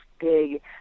big